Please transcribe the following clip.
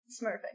smurfing